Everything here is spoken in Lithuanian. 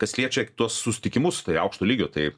kas liečia tuos susitikimus tai aukšto lygio tai